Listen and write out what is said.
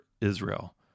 Israel